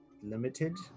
limited